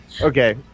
okay